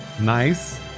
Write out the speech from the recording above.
Nice